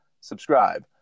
Subscribe